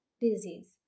disease